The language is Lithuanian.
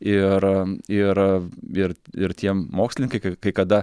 ir ir ir ir tie mokslininkai kai kai kada